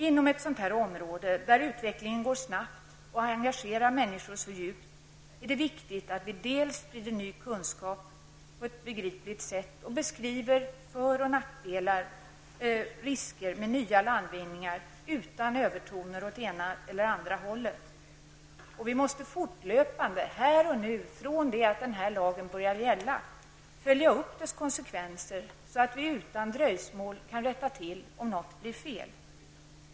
Inom ett sådant här område, där utvecklingen går snabbt och engagerar människor så djupt är det viktigt att vi sprider ny kunskap på ett begripligt sätt och beskriver såväl för som nackdelar och risker med nya landvinningar utan övertoner åt det ena eller andra hållet. Dessutom måste vi fortlöpande från det att den här lagen träder i kraft följa upp dess konsekvenser, så att vi utan dröjsmål kan rätta till eventuella fel.